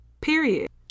Period